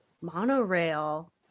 Monorail